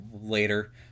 later